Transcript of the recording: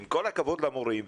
עם כל הכבוד למורים,